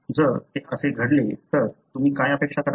जर ते असे घडले तर तुम्ही काय अपेक्षा कराल